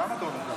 למה אתה אומר ככה?